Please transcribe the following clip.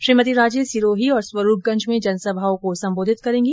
श्रीमती राजे सिरोही और स्वरूपगंज में जनसभाओं को संबोधित करेंगी